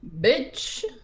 Bitch